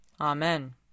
Amen